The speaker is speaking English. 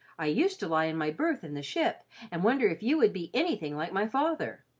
i used to lie in my berth and the ship and wonder if you would be anything like my father.